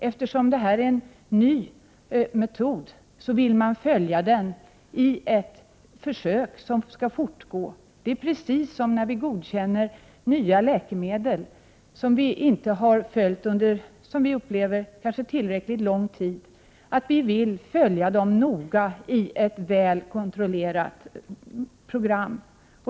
Eftersom det är en ny metod, vill man följa den i ett fortgående försök. Det är samma princip som när vi skall godkänna ett nytt läkemedel. Om vi finner att vi inte har följt läkemedlets verkningar under tillräckligt lång tid, vill vi följa det noga i ett väl kontrollerat program.